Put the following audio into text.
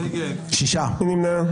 מי נמנע?